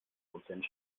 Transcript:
prozent